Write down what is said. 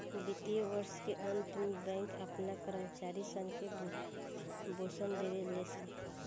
वित्तीय वर्ष के अंत में बैंक अपना कर्मचारी सन के बोनस देवे ले सन